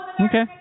Okay